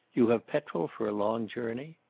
you have petrol for a long journey?